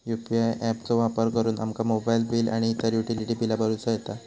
UPI app चो वापर करुन आमका मोबाईल बिल आणि इतर युटिलिटी बिला भरुचा येता